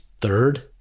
third